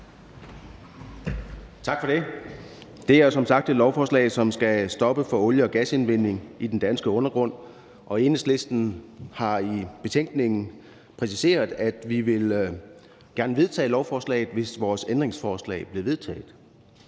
Tak for det. Det er som sagt et lovforslag, som skal stoppe for olie- og gasindvindingen i den danske undergrund, og Enhedslisten har i betænkningen præciseret, at vi gerne ville vedtage lovforslaget, hvis vores ændringsforslag blev vedtaget,